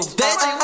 bitch